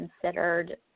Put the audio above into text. considered